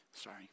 Sorry